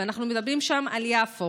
אנחנו מדברים שם על יפו